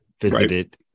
visited